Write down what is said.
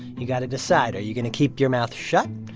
you've got to decide. are you going to keep your mouth shut,